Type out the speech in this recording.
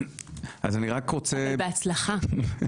בהצלחה.